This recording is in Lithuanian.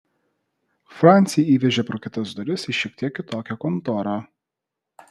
francį įvežė pro kitas duris į šiek tiek kitokią kontorą